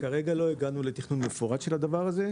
כרגע לא הגענו לתכנון מפורט של הדבר הזה.